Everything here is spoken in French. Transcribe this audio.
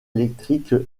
électrique